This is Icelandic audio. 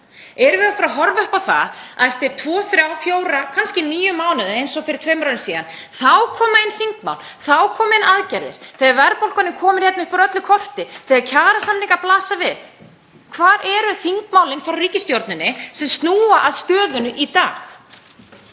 Erum við að fara að horfa upp á það að eftir tvo, þrjá, fjóra, kannski níu mánuði, eins og fyrir tveimur árum síðan, komi inn þingmál og þá komi aðgerðir þegar verðbólgan er komin hérna upp úr öllu valdi, þegar kjarasamningar blasa við? Hvar eru þingmálin frá ríkisstjórninni sem snúa að stöðunni í dag?